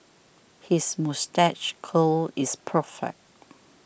his moustache curl is perfect